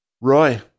Roy